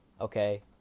Okay